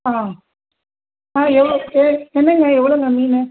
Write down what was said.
ஆ ஆ எவ்வளோ எ என்னங்க எவ்வளோங்க மீன்